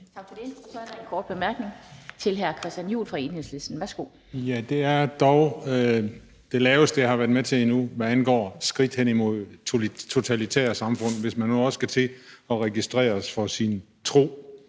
Tak for det. Så er der en kort bemærkning fra hr. Christian Juhl fra Enhedslisten. Værsgo. Kl. 19:30 Christian Juhl (EL): Det er dog det laveste, jeg har været med til endnu, hvad angår skridt hen imod et totalitært samfund, hvis man nu også skal til at registreres for sin tro.